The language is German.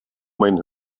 mein